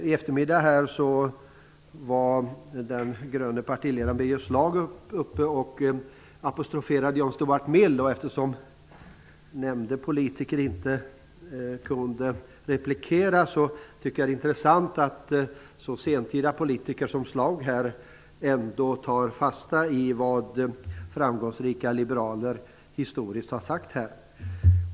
I eftermiddags var den gröne partiledaren Birger Eftersom nämnde politiker inte kan replikera, vill jag säga att jag tycker att det är intressant att en sentida politiker som Schlaug tar fasta på vad framgångsrika liberaler historiskt har sagt.